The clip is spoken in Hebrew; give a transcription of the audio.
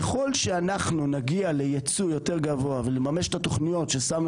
ככל שאנחנו נגיע לייצוא יותר גבוה ולממש את התוכניות ששמנו